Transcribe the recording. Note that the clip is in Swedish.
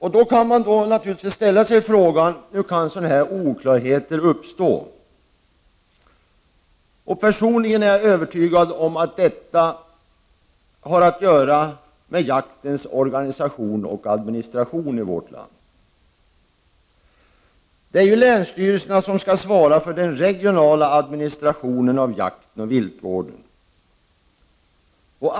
Då kan man naturligtvis ställa sig frågan: Hur kan sådana oklarheter uppstå? Personligen är jag övertygad om att detta har att göra med jaktens organisation och administration i vårt land. Det är ju länsstyrelserna som skall svara för den regionala administrationen av jakten och viltvården.